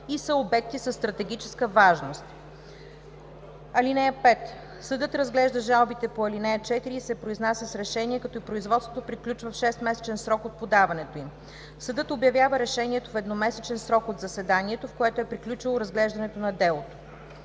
и са обекти със стратегическа важност. (5) Съдът разглежда жалбите по ал. 4 и се произнася с решение, като производството приключва в 6-месечен срок от подаването им. Съдът обявява решението в едномесечен срок от заседанието, в което е приключило разглеждането на делото.